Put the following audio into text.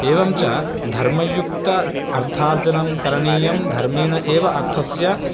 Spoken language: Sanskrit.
एवं च धर्मयुक्त अर्थार्जनं करणीयं धर्मेण एव अर्थस्य